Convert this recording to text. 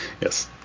Yes